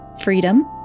freedom